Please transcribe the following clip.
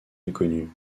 méconnus